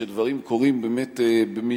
שדברים קורים במהירות,